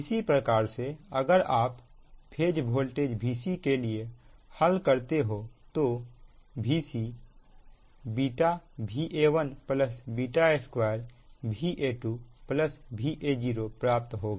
इसी प्रकार से अगर आप फेज वोल्टेज Vc के लिए हल करते हो तो Vc Va1 2 Va2 Va0 प्राप्त होगा